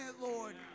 Lord